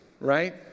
right